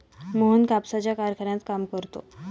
मोहन कापसाच्या कारखान्यात काम करतो